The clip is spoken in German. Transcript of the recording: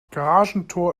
garagentor